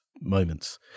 moments